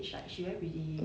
I feel that